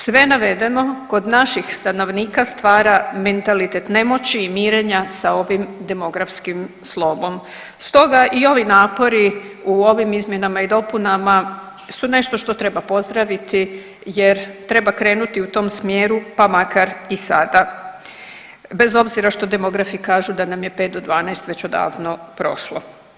Sve navedeno kod naših stanovnika stvara mentalitet nemoći i mirenja sa ovim demografskim slomom, stoga i ovi napori u ovim izmjenama i dopunama su nešto što treba pozdraviti jer treba krenuti u tom smjeru, pa makar i sada, bez obzira što demografi kažu da nam je 5 do 12 već odavno prošlo.